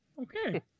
Okay